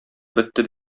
бетте